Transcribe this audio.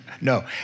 No